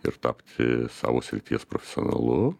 ir tapti savo srities profesionalu